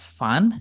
fun